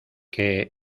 que